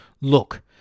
Look